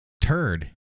turd